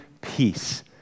peace